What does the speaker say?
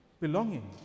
belonging